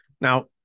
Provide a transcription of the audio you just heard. Now